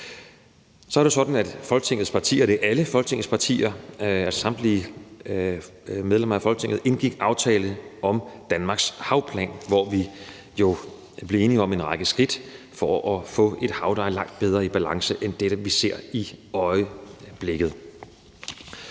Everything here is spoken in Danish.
– og det er alle Folketingets partier, samtlige medlemmer af Folketinget – har indgået aftalen om Danmarks havplan, hvor vi jo er blevet enige om en række skridt for at få et hav, der er langt bedre i balance end det, vi ser i øjeblikket.